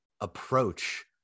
approach